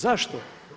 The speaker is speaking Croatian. Zašto?